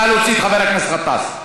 נא להוציא את חבר הכנסת גטאס.